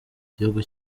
igihugu